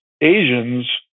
Asians